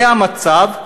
זה המצב.